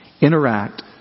interact